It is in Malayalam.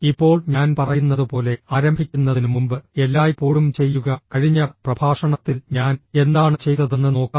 ഇപ്പോൾ ഞാൻ പറയുന്നതുപോലെ ആരംഭിക്കുന്നതിന് മുമ്പ് എല്ലായ്പ്പോഴും ചെയ്യുക കഴിഞ്ഞ പ്രഭാഷണത്തിൽ ഞാൻ എന്താണ് ചെയ്തതെന്ന് നോക്കാം